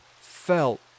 felt